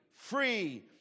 Free